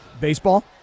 Baseball